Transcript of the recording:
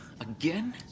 Again